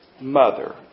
mother